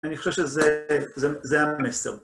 אני חושב שזה המסר.